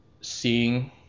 seeing